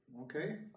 Okay